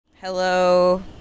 Hello